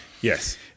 Yes